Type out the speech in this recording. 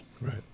Right